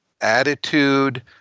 attitude